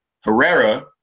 Herrera